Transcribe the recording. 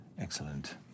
Excellent